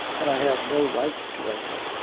and i have no right to enter.